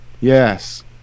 yes